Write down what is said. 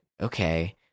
okay